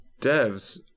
devs